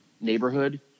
neighborhood